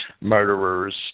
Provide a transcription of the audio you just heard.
murderers